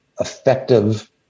effective